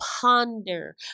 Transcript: ponder